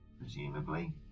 Presumably